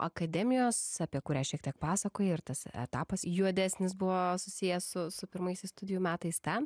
akademijos apie kurią šiek tiek pasakojai ir tas etapas juodesnis buvo susijęs su su pirmaisiais studijų metais ten